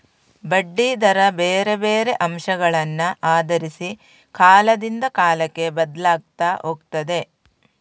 ಬಡ್ಡಿ ದರ ಬೇರೆ ಬೇರೆ ಅಂಶಗಳನ್ನ ಆಧರಿಸಿ ಕಾಲದಿಂದ ಕಾಲಕ್ಕೆ ಬದ್ಲಾಗ್ತಾ ಹೋಗ್ತದೆ